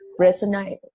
resonate